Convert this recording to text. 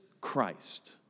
Christ